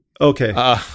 Okay